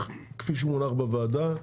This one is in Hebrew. כפי שמונח בוועדה?